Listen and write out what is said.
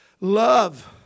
love